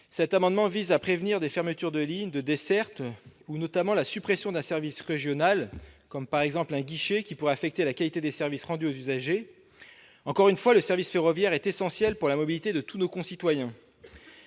cet amendement vise à prévenir des fermetures de lignes, de dessertes ou la suppression d'un service régional, comme un guichet, de nature à affecter la qualité des services rendus aux usagers. Encore une fois, le service ferroviaire est essentiel pour la mobilité de tous nos concitoyens.